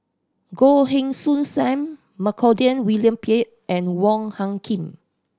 Goh Heng Soon Sam Montague William Pett and Wong Hung Khim